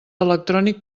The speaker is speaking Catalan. electrònic